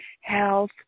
health